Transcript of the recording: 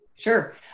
Sure